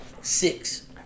six